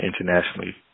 internationally